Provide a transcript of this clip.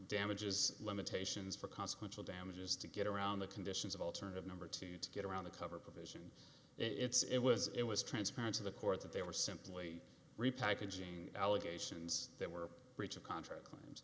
damages limitations for consequential damages to get around the conditions of alternative number two to get around the cover provision it's it was it was transparent to the court that they were simply repackaging allegations that were breach of contract